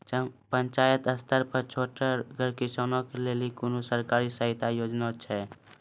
पंचायत स्तर पर छोटगर किसानक लेल कुनू सरकारी सहायता योजना छै?